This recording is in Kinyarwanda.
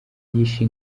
yishe